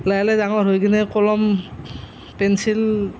লাহে লাহে ডাঙৰ হৈ কেনাই কলম পেঞ্চিল